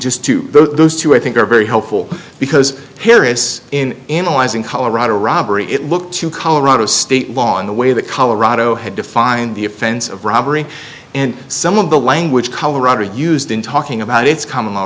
just to those two i think are very helpful because here is in analyzing colorado robbery it looked to colorado state law in the way that colorado had defined the offense of robbery and some of the language colorado used in talking about its com